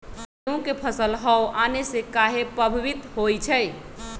गेंहू के फसल हव आने से काहे पभवित होई छई?